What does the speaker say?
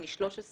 אני 13 שנה